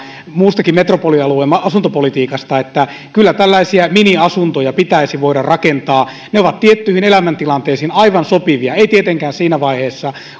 muustakin metropolialueen asuntopolitiikasta että kyllä tällaisia miniasuntoja pitäisi voida rakentaa ne ovat tiettyihin elämäntilanteisiin aivan sopivia ei tietenkään siinä vaiheessa